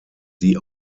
die